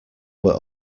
were